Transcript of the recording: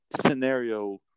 scenario